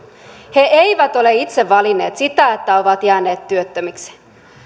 he eivät ole itse valinneet sitä että ovat jääneet työttömiksi